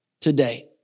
Today